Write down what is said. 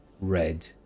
red